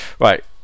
Right